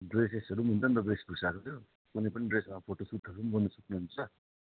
ड्रेसेसहरू हुन्छ नि त भेषभूषाहरूको क्या कुनै पनि ड्रेसमा फोटो सुटहरू गर्नु सक्नु हुन्छ